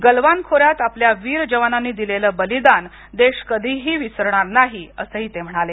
गल्वान खोऱ्यात आपल्या वीर जवानांनी दिलेलं बलिदान देश कधीही विसरणार नाही असं ते म्हणाले